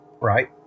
right